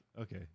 Okay